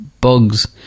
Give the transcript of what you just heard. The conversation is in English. bugs